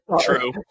True